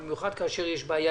במיוחד כאשר יש בעיה